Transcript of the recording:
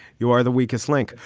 you are the weakest link.